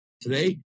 today